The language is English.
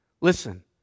listen